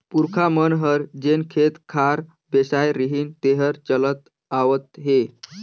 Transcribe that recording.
पूरखा मन हर जेन खेत खार बेसाय रिहिन तेहर चलत आवत हे